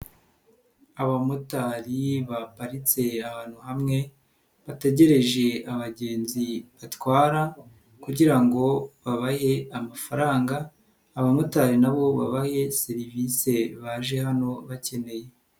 Abamotari baparitse ahantu hamwe, bategereje abagenzi batwara kugira ngo babahe amafaranga, abamotari na bo babahe serivisi baje hano bakeneye.